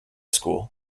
school